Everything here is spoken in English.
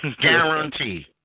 Guarantee